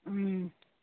ও